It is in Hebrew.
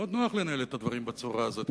מאוד נוח לנהל את הדברים בצורה הזאת.